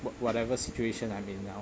what whatever situation I'm in now